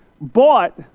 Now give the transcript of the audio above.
bought